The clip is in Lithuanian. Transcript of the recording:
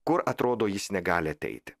kur atrodo jis negali ateiti